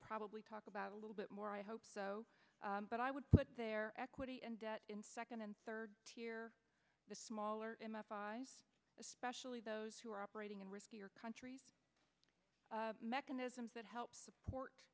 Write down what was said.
probably talk about a little bit more i hope so but i would put their equity and debt in second and third tier the smaller especially those who are operating in riskier countries mechanisms that help support